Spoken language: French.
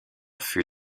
fut